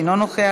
אינו נוכח,